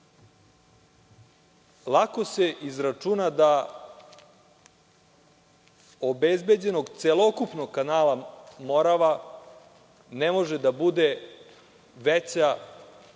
lako se izračuna da obezbeđenog celokupnog kanala Morava ne može da bude veća